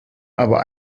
aber